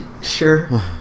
Sure